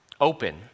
open